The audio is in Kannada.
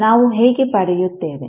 ನಾವು ಹೇಗೆ ಪಡೆಯುತ್ತೇವೆ